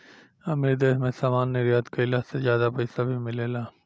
अमीर देश मे सामान निर्यात कईला से ज्यादा पईसा भी मिलेला